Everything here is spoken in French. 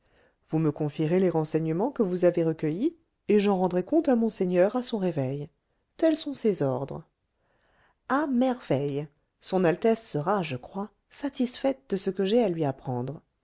vous me confierez les renseignements que vous avez recueillis et j'en rendrai compte à monseigneur à son réveil tels sont ses ordres à merveille son altesse sera je crois satisfaite de ce que j'ai à lui apprendre